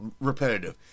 repetitive